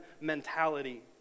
mentality